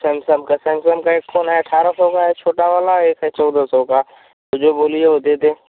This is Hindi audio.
सैमसंग का सैमसंग का एक फोन है अट्ठारह सौ का छोटा वाला एक है चौदह सौ का जो बोलिए वह दे दें